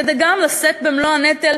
כדי לשאת במלוא הנטל,